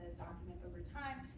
document over time.